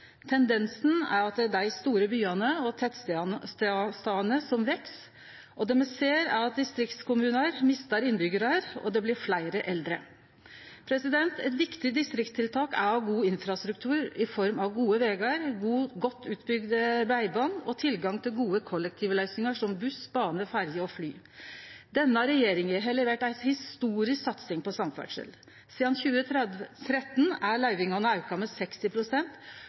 Tendensen er at det er dei store byane og tettstadene som veks. Det me ser, er at distriktskommunar mistar innbyggjarar, og det blir fleire eldre. Eit viktig distriktstiltak er å ha god infrastruktur i form av gode vegar, godt utbygd breiband og tilgang til gode kollektivløysingar som buss, bane, ferje og fly. Denne regjeringa har levert ei historisk satsing på samferdsel. Sidan 2013 er løyvingane auka med